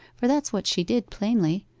for that's what she did plainly,